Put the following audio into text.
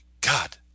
God